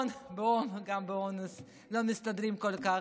באונס, גם באונס לא מסתדרים כל כך,